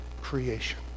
creation